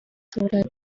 thought